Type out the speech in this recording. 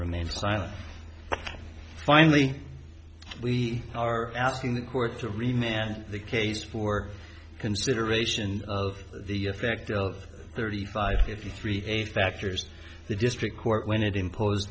remain silent finally we are asking the court to remain and the case for consideration of the effect of thirty five fifty three a factors the district court when it imposed